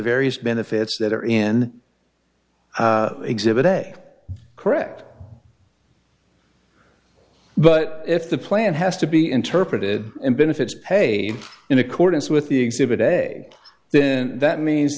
various benefits that are in exhibit a correct but if the plan has to be interpreted in benefits pay in accordance with the exhibit a then that means